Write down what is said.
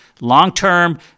Long-term